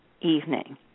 evening